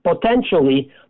potentially